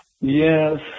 Yes